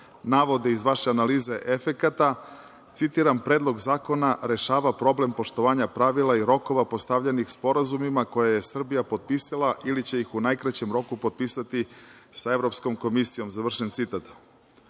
navode iz vaše analize efekata, citiram: „Predlog zakona rešava problem poštovanja pravila i rokova uspostavljenih sporazumima koje je Srbija potpisala ili će ih u najkraćem roku potpisati sa Evropskom komisijom“, završen citat.